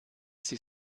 sie